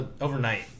overnight